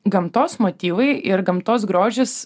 gamtos motyvai ir gamtos grožis